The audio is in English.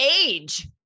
age